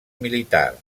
militar